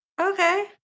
Okay